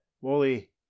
Wally